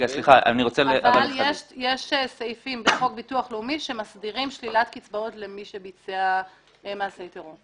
יש סעיפים בחוק ביטוח לאומי שמסדירים שלילת קצבאות למי שביצע מעשי טרור.